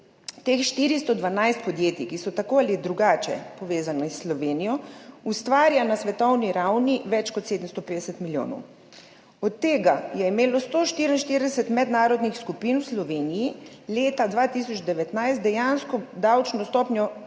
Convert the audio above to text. Teh 412 podjetij, ki so tako ali drugače povezana s Slovenijo, ustvarja na svetovni ravni več kot 750 milijonov, od tega je imelo 144 mednarodnih skupin v Sloveniji leta 2019 dejansko davčno stopnjo